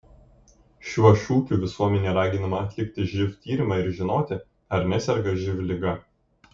šiuo šūkiu visuomenė raginama atlikti živ tyrimą ir žinoti ar neserga živ liga